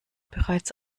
bereits